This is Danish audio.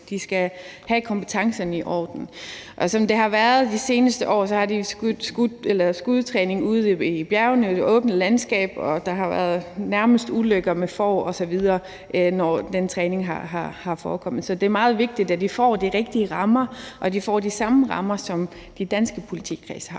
de skal have kompetencerne i orden. Og som det har været i de seneste år, har de jo haft skydetræning ude i bjergene og i det åbne landskab, og der har jo nærmest været ulykker med får osv., når den træning har forekommet. Så det er meget vigtigt, at de får de rigtige rammer, og at de får de samme rammer, som de danske politikredse har.